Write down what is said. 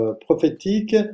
prophétique